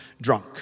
drunk